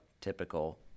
typical